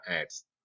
ads